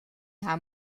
haar